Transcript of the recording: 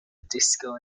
disco